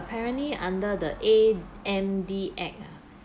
apparently under the A_M_D act ah